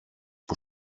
που